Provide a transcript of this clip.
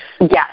Yes